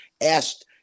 asked